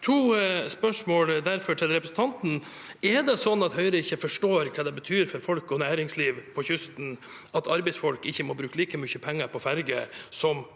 To spørsmål til representanten er derfor: Er det slik at Høyre ikke forstår hva det betyr for folk og næringsliv på kysten at arbeidsfolk ikke må bruke like mye penger på ferje som